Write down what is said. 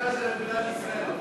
הירושה זה למדינת ישראל.